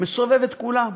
מסובב את כולם.